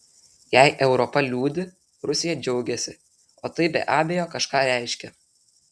jei europa liūdi rusija džiaugiasi o tai be abejo kažką reiškia